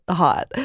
hot